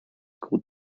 called